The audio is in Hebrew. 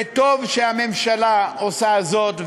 וטוב שהממשלה עושה זאת,